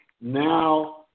Now